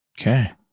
Okay